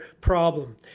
problem